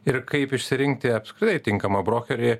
ir kaip išsirinkti apskritai tinkamą brokerį